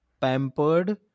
pampered